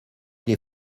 les